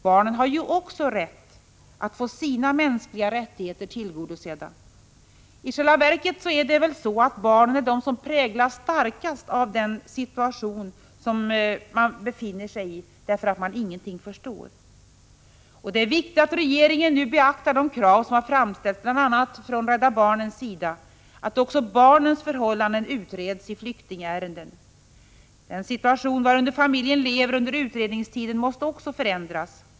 Barnen har ju också rätt att få sina mänskliga rättigheter tillgodosedda. I själva verket är det väl så, att barnen är de som präglas starkast av den situation som familjen finner sig i, eftersom de ingenting förstår av den. Det är viktigt att regeringen nu beaktar det krav som har framställts bl.a. från Rädda barnens sida, att också barnens förhållanden utreds i flyktingärenden. Den situation varunder familjen lever under utredningstiden måste också förändras.